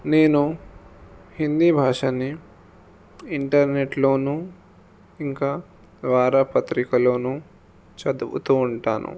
నేను హిందీ భాషని ఇంటర్నెట్లోనూ ఇంకా వార్తాపత్రికలోనూ చదువుతూ ఉంటాను